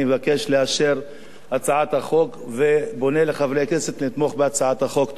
אני מבקש לאשר את הצעת החוק ופונה לחברי הכנסת לתמוך בהצעת החוק.